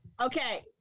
Okay